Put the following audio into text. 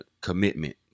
commitment